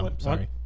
sorry